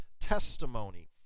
testimony